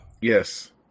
Yes